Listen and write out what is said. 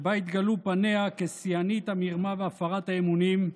שבה התגלו פניה כשיאנית המרמה והפרת האמונים,